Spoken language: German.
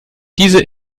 diese